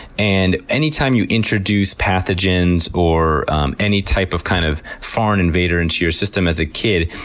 and anytime you introduce pathogens or any type of kind of foreign invader into your system as a kid,